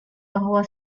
bahwa